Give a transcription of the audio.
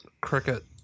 cricket